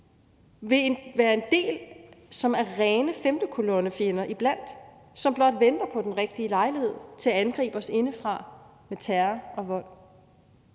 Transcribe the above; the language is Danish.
vil være en del, som er rene femtekolonnefjender iblandt, som blot venter på den rigtige lejlighed til at angribe os indefra med terror og vold.